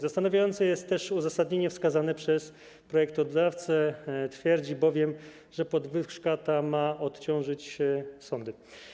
Zastanawiające jest też uzasadnienie wskazane przez projektodawcę, twierdzi on bowiem, że podwyżka ta ma odciążyć sądy.